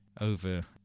over